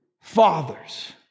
fathers